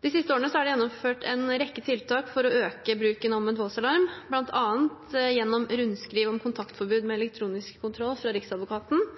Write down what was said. De siste årene er det gjennomført en rekke tiltak for å øke bruken av omvendt voldsalarm, bl.a. gjennom rundskriv om kontaktforbud med elektronisk kontroll fra Riksadvokaten.